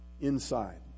inside